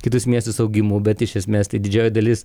kitus miestus augimu bet iš esmės tai didžioji dalis